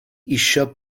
eisiau